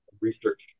research